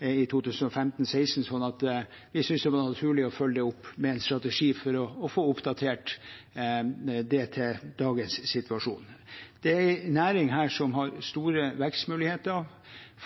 i 2015–2016, så vi syntes det var naturlig å følge det opp med en strategi for å få oppdatert det til dagens situasjon. Dette er en næring som har store vekstmuligheter,